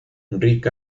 rick